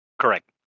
Correct